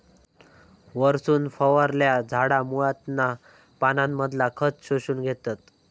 वरसून फवारल्यार झाडा मुळांतना पानांमधना खत शोषून घेतत